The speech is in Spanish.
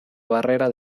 barrera